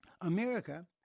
America